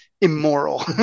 immoral